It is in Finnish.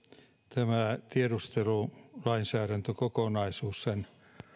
tämä tiedustelulainsäädäntökokonaisuus sen